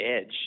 edge